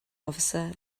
officer